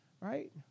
Right